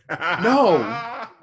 No